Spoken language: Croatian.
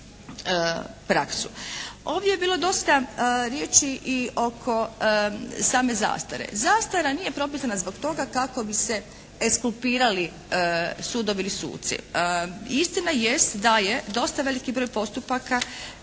Ovdje je bilo dosta riječi i oko same zastare. Zastara nije propisana zbog toga kako bi se eskulpirali sudovi ili suci. Istina jest da je dosta veliki broj postupaka